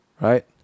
Right